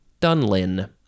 Dunlin